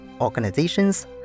organizations